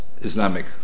Islamic